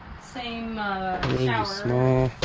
same small